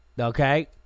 Okay